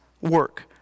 work